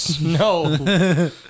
No